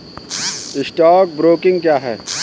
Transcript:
Stock broking क्या है?